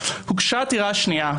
הוגשה עתירה שנייה.